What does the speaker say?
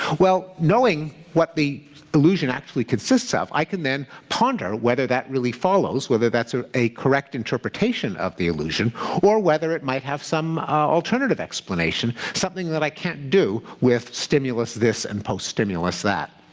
well, knowing what the illusion actually consists of, i can then ponder whether that really follows, whether that's a correct interpretation of the illusion or whether it might have some alternative explanation, something that i can't do with stimulus this and post-stimulus that.